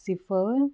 ਸਿਫ਼ਰ